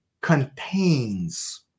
contains